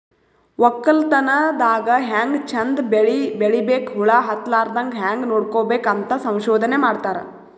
ವಕ್ಕಲತನ್ ದಾಗ್ ಹ್ಯಾಂಗ್ ಚಂದ್ ಬೆಳಿ ಬೆಳಿಬೇಕ್, ಹುಳ ಹತ್ತಲಾರದಂಗ್ ಹ್ಯಾಂಗ್ ನೋಡ್ಕೋಬೇಕ್ ಅಂತ್ ಸಂಶೋಧನೆ ಮಾಡ್ತಾರ್